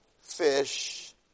fish